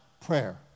prayer